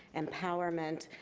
empowerment,